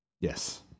Yes